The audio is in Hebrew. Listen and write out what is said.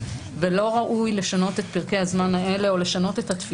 זה לא עניין של ציון טוב מאוד או טוב להתנהגות.